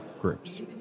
groups